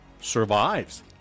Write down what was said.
survives